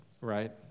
right